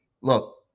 Look